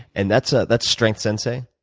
and that's ah that's strength sensei?